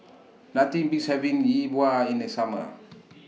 Nothing Beats having Yi Bua in The Summer